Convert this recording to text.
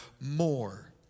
more